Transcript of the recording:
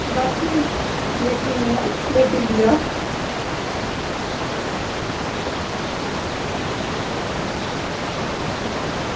बस ठीक लेटी दी लेटी दी आं